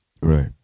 Right